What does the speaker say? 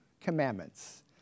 commandments